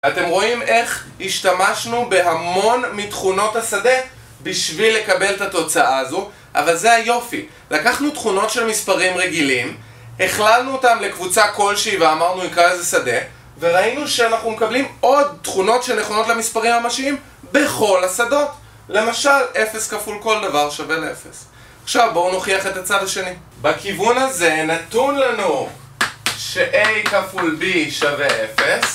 אתם רואים איך השתמשנו בהמון מתכונות השדה בשביל לקבל את התוצאה הזו אבל זה היופי לקחנו תכונות של מספרים רגילים הכללנו אותם לקבוצה כלשהי ואמרנו יקרא לזה שדה וראינו שאנחנו מקבלים עוד תכונות שנכונות למספרים הממשים בכל השדות למשל 0 כפול כל דבר שווה ל-0 עכשיו בואו נוכיח את הצד השני בכיוון הזה נתון לנו ש-a כפול b שווה 0